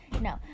no